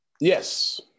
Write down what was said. Yes